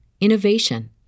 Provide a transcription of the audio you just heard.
innovation